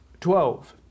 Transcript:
Twelve